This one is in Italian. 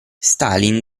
stalin